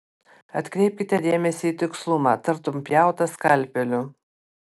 atkreipkite dėmesį į tikslumą tartum pjauta skalpeliu